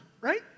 right